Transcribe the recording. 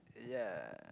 uh ya